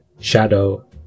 shadow